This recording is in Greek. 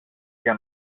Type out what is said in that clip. για